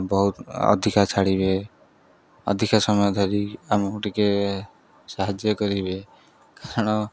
ବହୁତ ଅଧିକା ଛାଡ଼ିବେ ଅଧିକା ସମୟ ଧରି ଆମକୁ ଟିକେ ସାହାଯ୍ୟ କରିବେ କାରଣ